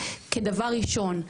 כדבר ראשון.